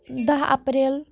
دَہ اپریل